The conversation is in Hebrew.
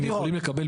הם יכולים לקבל,